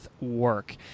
work